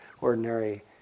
ordinary